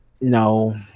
No